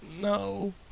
No